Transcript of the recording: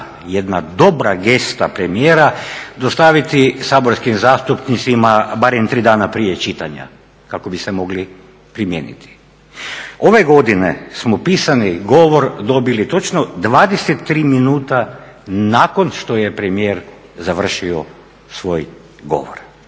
jedna dobra gesta premijera dostaviti saborskim zastupnicima barem tri dana prije čitanja kako bi se mogli primijeniti. Ove godine smo pisani govor dobili točno 23 minuta nakon što je premijer završio svoj govor.